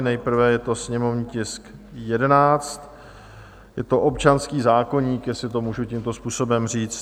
Nejprve je to sněmovní tisk 11, je to občanský zákoník, jestli to můžu tímto způsobem říct.